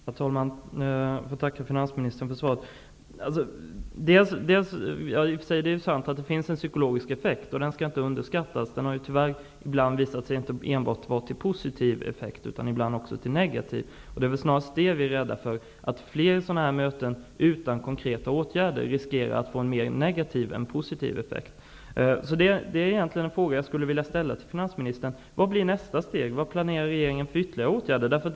Herr talman! Jag tackar finansministern för svaret. Det är i och för sig sant att det finns en psykologisk effekt som inte skall underskattas. Tyvärr har det visat sig att effekten inte enbart har varit positiv, utan ibland har den varit negativ. Vi är rädda för att flera sådana här möten utan konkreta åtgärder riskerar att få en mer negativ än positiv effekt. Jag skulle vilja fråga finansministern: Vad blir nästa steg? Vad planerar regeringen för ytterligare åtgärder?